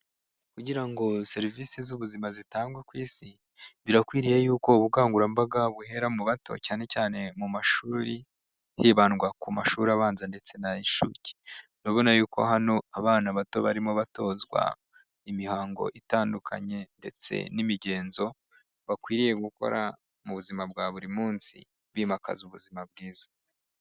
Kugira ngo serivisi z'ubuzima zitagwe kw'isi birakwiriye yuko ubukangurambaga buhera mu bato cyane cyane mu mashuri hibandwa ku mashuri abanza ndetse nay'inshuke urabona yuko hano abana bato barimo batozwa imihango itandukanye ndetse n'imigenzo bakwiriye gukora mu buzima bwa buri munsi bimakaza ubuzima bwiza.